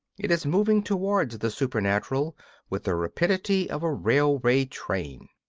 it is moving towards the supernatural with the rapidity of a railway train.